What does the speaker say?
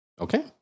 Okay